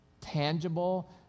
tangible